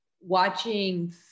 watching